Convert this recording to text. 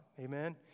amen